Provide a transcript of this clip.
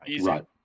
Right